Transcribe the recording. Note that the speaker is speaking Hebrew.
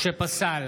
משה פסל,